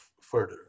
further